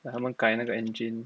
like 他们改那个 engine